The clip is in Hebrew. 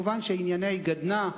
מובן שענייני גדנ"ע,